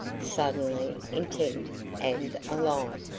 suddenly, intent and alive.